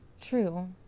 True